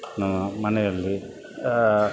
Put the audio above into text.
ನಮ್ಮ ಮನೆಯಲ್ಲಿ